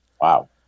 Wow